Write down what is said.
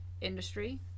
industry